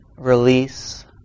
Release